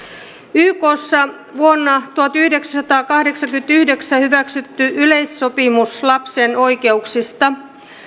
ykssa vuonna tuhatyhdeksänsataakahdeksankymmentäyhdeksän hyväksytty yleissopimus lapsen oikeuksista